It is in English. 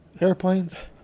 airplanes